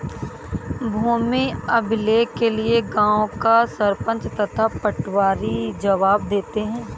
भूमि अभिलेख के लिए गांव का सरपंच तथा पटवारी जवाब देते हैं